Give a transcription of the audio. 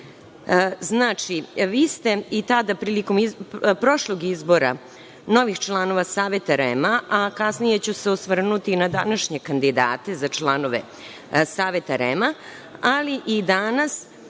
časova. Znači, vi ste i tada, prilikom prošlog izbora novih članova Saveta REM, a kasnije ću se osvrnuti na današnje kandidate za članove Saveta REM, ali i danas,